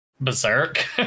Berserk